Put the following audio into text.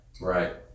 Right